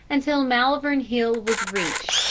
until malvern hill was reached,